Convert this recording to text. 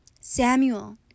Samuel